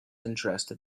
interested